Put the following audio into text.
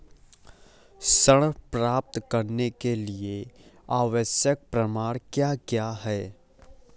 ऋण प्राप्त करने के लिए आवश्यक प्रमाण क्या क्या हैं?